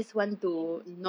mm